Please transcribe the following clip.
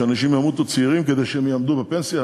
שאנשים ימותו צעירים כדי שהם יעמדו בפנסיה,